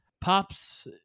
pops